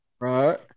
Right